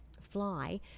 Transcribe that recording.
fly